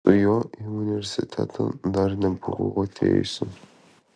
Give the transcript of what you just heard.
su juo į universitetą dar nebuvau atėjusi